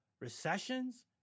Recessions